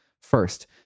First